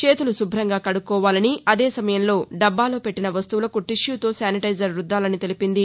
చేతులు శుభ్రంగా కడుక్కోవాలని అదే సమయంలో డబ్బాలో పెట్టిన వస్తువులకు టిష్యూతో శానిటైజర్ రుద్దాలని తెలిపింది